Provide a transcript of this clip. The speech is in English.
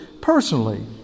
personally